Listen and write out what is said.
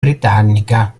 britannica